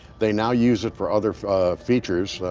they now use it for other features.